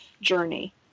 journey